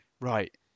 right